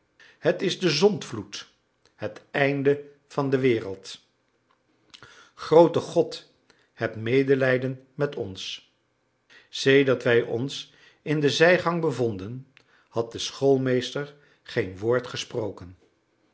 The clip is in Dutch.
het is de zondvloed het einde van de wereld groote god heb medelijden met ons sedert wij ons in de zijgang bevonden had de schoolmeester geen woord gesproken